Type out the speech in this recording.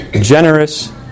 Generous